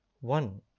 One